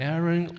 Aaron